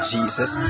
Jesus